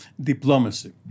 diplomacy